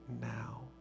now